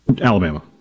Alabama